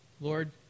Lord